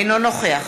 אינו נוכח